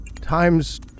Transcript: times